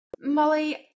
Molly